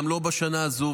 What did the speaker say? גם לא בשנה הזו,